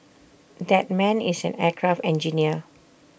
that man is an aircraft engineer